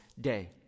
day